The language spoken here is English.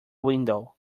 window